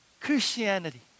Christianity